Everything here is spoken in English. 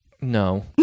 No